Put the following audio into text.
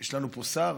יש לנו פה שר?